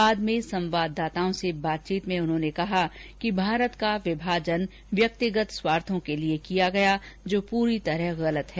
बाद में संवाददाताओं से बातचीत करते हुए उन्होंने कहा कि भारत का विभाजन व्यक्तिगत स्वार्थों के लिए किया गया जो पूर्णतः गलत है